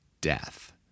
death